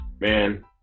Man